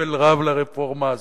בסבל רב לרפורמה הזאת,